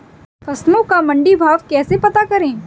फसलों का मंडी भाव कैसे पता करें?